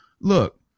look